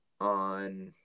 on